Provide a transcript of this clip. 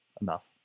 enough